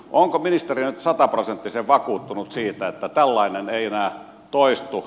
onko ministeri nyt sataprosenttisen vakuuttunut siitä että tällainen ei enää toistu